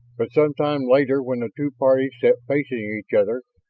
but sometime later when the two parties sat facing each other,